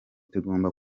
tugomba